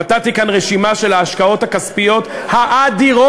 נתתי כאן רשימה של ההשקעות הכספיות האדירות,